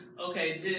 okay